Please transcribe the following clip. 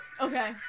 Okay